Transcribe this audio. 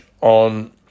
on